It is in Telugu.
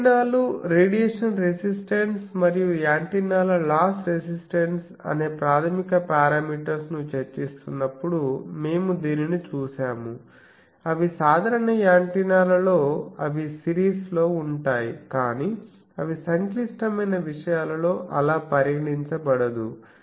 యాంటెన్నాలు రేడియేషన్ రెసిస్టన్స్ మరియు యాంటెన్నాల లాస్ రెసిస్టన్స్ అనే ప్రాథమిక పారామీటర్స్ ను చర్చిస్తున్నప్పుడు మేము దీనిని చూశాముఅవి సాధారణ యాంటెన్నాలలో అవి సిరీస్ లోఉంటాయి కానీ అవి సంక్లిష్టమైన విషయాలలో ఆలా పరిగణించబడదు